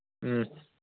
ꯎꯝ